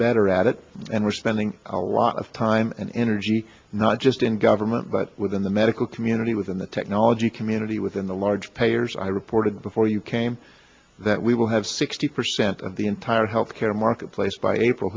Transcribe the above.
better at it and we're spending a lot of time and energy not just in government but within the medical community within the technology community within the large payers i reported before you came that we will have sixty percent of the entire healthcare marketplace by april